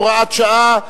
הוראת שעה),